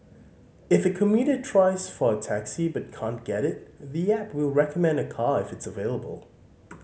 if a commuter tries for a taxi but can't get it the app recommend a car if it's available